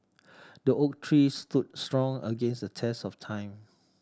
the oak tree stood strong against the test of time